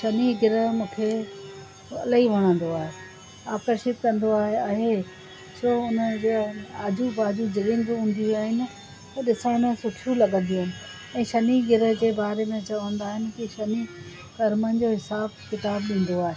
शनि ग्रह मूंखे इलाही वणंदो आहे आकर्षित कंदो आहे आहे छो हुन जे आजू बाजू जो रिंग हूंदियूं आहिनि उहे ॾिसण में सुठियूं लॻंदियूं आहिनि ऐं शनि ग्रह जे बारे में चवंदा आहिनि की शनि कर्मनि जो हिसाबु किताबु ॾींदो आहे